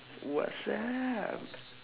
WhatsApp